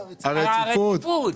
הרציפות.